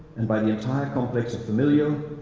and by the entire complex of familial,